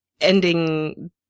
ending